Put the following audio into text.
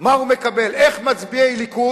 מה הוא מקבל, איך מצביעי ליכוד,